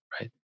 right